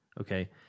okay